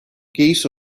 geese